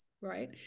right